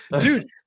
Dude